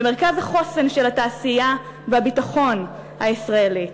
במרכז החוסן של התעשייה והביטחון הישראליים,